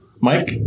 Mike